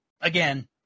again